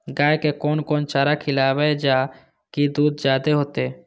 गाय के कोन कोन चारा खिलाबे जा की दूध जादे होते?